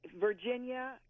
Virginia